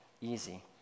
easy